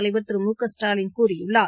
தலைவர் திரு மு க ஸ்டாலின் கூறியுள்ளார்